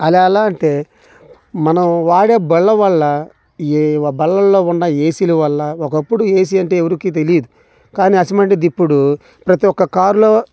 అలా ఎలా అంటే మనం వాడే బళ్ళ వల్ల ఈ బళ్ళలో ఉన్న ఏసీల వల్ల ఒకప్పుడు ఏసీ అంటే ఎవరికి తెలియదు కానీ అటువంటిది ఇప్పుడు ప్రతి ఒక్క కార్లో